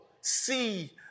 see